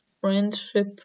friendship